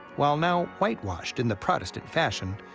while now whitewashed in the protestant fashion,